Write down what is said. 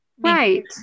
Right